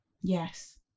Yes